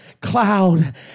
cloud